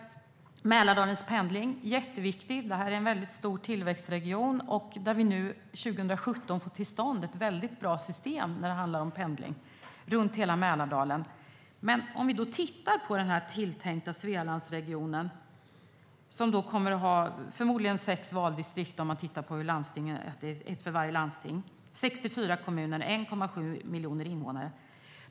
Pendlingen i Mälardalen är jätteviktig. Det är en stor tillväxtregion. År 2017 får vi till stånd ett väldigt bra system när det handlar om pendling runt hela Mälardalen. Men vi kan titta på den tilltänkta Svealandsregionen, som förmodligen kommer att ha sex valdistrikt, om det är ett för varje landsting. Det är 64 kommuner och 1,7 miljoner invånare.